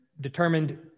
determined